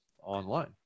online